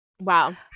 Wow